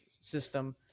system